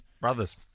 Brothers